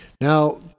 Now